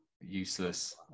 useless